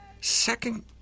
second